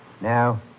Now